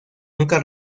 nunca